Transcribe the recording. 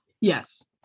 Yes